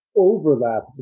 Overlap